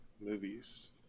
movies